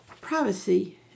Privacy